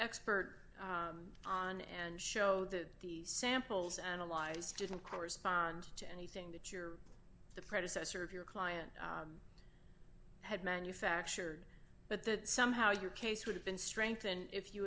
expert on and show that these samples analyzed didn't correspond to anything that you're the predecessor of your client had manufactured but that somehow your case would have been strengthened if you